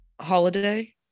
holiday